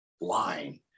line